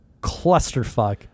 clusterfuck